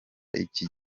iki